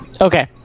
Okay